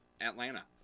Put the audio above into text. Atlanta